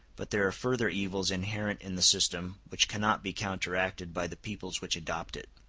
but there are further evils inherent in the system which cannot be counteracted by the peoples which adopt it.